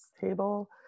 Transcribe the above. table